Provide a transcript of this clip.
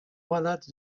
malade